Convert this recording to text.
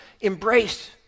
embrace